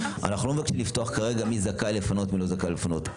אנחנו לא מבקשים לפתוח כרגע מי זכאי ומי לא זכאי לפנות.